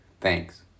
Thanks